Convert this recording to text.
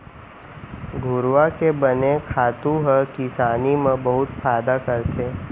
घुरूवा के बने खातू ह किसानी म बहुत फायदा करथे